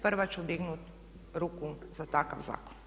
Prva ću dignuti ruku za takav zakon.